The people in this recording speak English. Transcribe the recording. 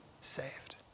saved